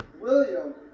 William